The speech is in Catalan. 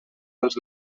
dels